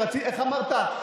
איך אמרת,